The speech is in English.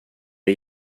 are